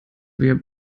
wir